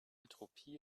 entropie